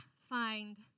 find